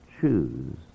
choose